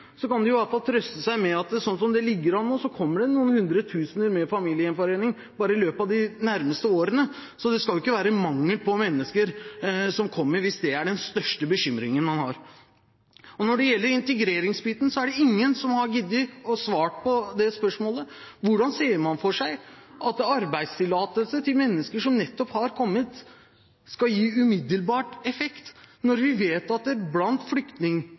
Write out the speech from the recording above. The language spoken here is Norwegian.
i alle fall trøste seg med at sånn som det ligger an nå, kommer det noen hundretusen gjennom familiegjenforening bare i løpet av de nærmeste årene. Så det skal ikke være mangel på mennesker som kommer – hvis det er den største bekymringen man har. Når det gjelder integreringsbiten, er det ingen som har giddet å svare på dette spørsmålet: Hvordan ser man for seg at arbeidstillatelser til mennesker som nettopp har kommet, skal gi umiddelbar effekt når vi vet at blant